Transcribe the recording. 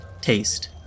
taste